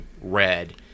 red